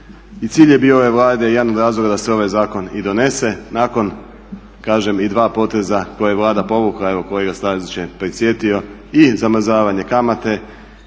i cilj je bio ove Vlade, jedan od razloga da se ovaj zakon i donese nakon kažem i dva poteza koje je Vlada povukla, evo kolega Stazić je … i zamrzavanje kamate